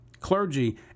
clergy